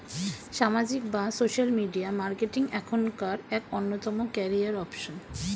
সামাজিক বা social media marketing এখনকার এক অন্যতম ক্যারিয়ার অপশন